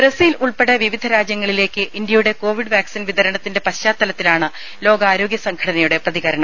Brazil ഉൾപ്പെടെ വിവിധ രാജ്യങ്ങളിലേക്ക് ഇന്ത്യയുടെ കൊവിഡ് വാക്സിൻ വിതരണത്തിന്റെ പശ്ചാത്തലത്തിലാണ് ലോകാരോഗ്യസംഘടനയുടെ പ്രതികരണം